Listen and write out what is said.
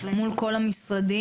מול כל המשרדים,